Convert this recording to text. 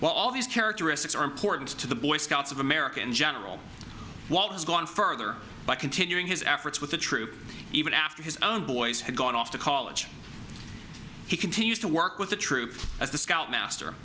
while all these characteristics are important to the boy scouts of america in general what has gone further by continuing his efforts with the troops even after his own boys had gone off to college he continues to work with the troops as the scout master